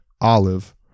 Olive